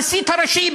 המסית הראשי,